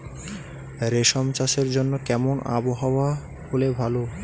রেশম চাষের জন্য কেমন আবহাওয়া হাওয়া হলে ভালো?